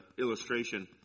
illustration